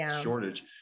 shortage